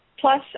Plus